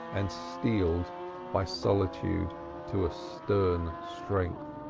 and steeled by solitude to a stern strength.